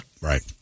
Right